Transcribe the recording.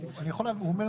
הוא אומר,